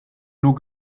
nur